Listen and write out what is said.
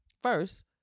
First